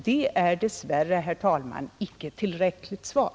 Det är dess värre, herr talman, inte ett tillräckligt svar.